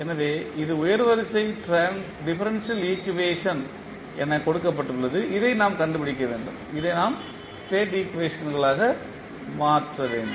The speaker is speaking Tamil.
எனவே இது உயர் வரிசை டிஃபரன்ஷியல் ஈக்குவேஷன் என கொடுக்கப்பட்டுள்ளது இதை நாம் கண்டுபிடிக்க வேண்டும் அதை நாம் ஸ்டேட் ஈக்குவேஷன்களாக மாற்ற வேண்டும்